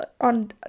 on